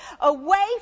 away